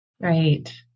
Right